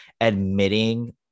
admitting